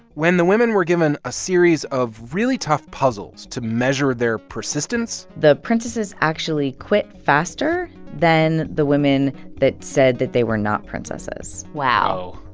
when the women were given a series of really tough puzzles to measure their persistence. the princesses actually quit faster than the women that said that they were not princesses wow,